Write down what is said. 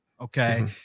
okay